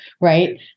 right